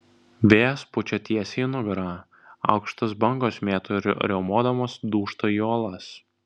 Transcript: vėjas pučia tiesiai į nugarą aukštos bangos mėto ir riaumodamos dūžta į uolas